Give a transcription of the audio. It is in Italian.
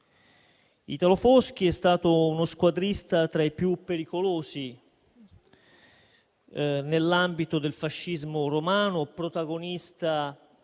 Italo Foschi, che è stato uno squadrista tra i più pericolosi nell'ambito del fascismo romano, protagonista